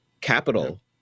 capital